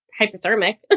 hypothermic